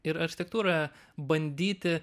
ir architektūroje bandyti